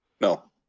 No